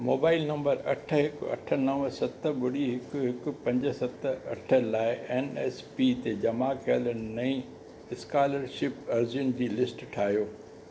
mobile number अठ हिकु अठ नव सत ॿुड़ी हिकु हिकु पंज सत अठ लाइ एन एस पी ते जमा कयल नईं स्कॉलरशिप अर्ज़ियुनि जी लिस्ट ठाहियो